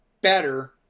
better